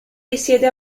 risiede